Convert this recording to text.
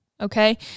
Okay